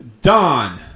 Don